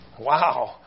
Wow